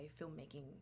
filmmaking